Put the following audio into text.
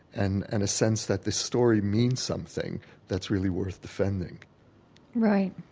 and and a sense that this story means something that's really worth defending right